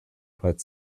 but